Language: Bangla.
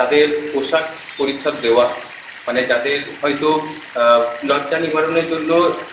তাদের পোশাক পরিচ্ছদ দেওয়া মানে যাদের হয়তো লজ্জা নিবারণের জন্য